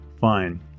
fine